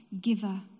giver